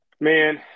Man